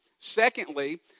Secondly